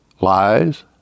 Lies